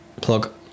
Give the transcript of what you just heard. plug